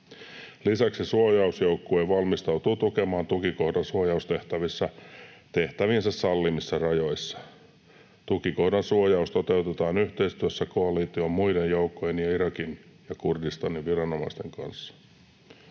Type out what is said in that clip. Lisäksi suojausjoukkue valmistautuu tukemaan tukikohdan suojaustehtävissä tehtäviensä sallimissa rajoissa. Tukikohdan suojaus toteutetaan yhteistyössä koalition muiden joukkojen ja Irakin ja Kurdistanin viranomaisten kanssa.